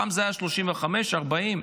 פעם זה היה 35 שקלים, 40 שקלים.